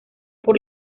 por